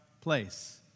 place